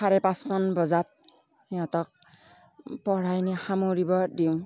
চাৰে পাঁচমান বজাত সিহঁতক পঢ়াখিনি সামৰিব দিওঁ